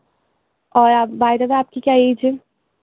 اور آپ by the way آپ کی کیا ایج ہے